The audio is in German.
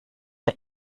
der